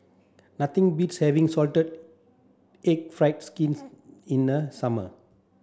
nothing beats having salted egg fried skin in the summer